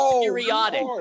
periodic